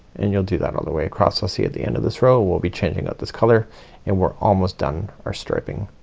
and you'll do that all the way across. i'll see you at the end of this row. we'll be changing out this color and we're almost done our striping.